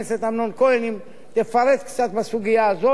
בסך הכול אני קודם כול רוצה לברך את הכבאים בישראל,